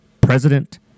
president